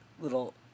Little